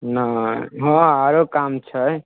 नहि हँ आरो काम छै